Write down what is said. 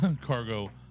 cargo